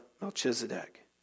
Melchizedek